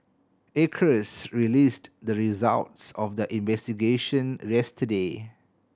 acres released the results of their investigation yesterday